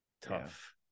Tough